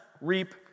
reap